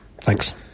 Thanks